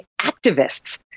activists